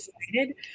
excited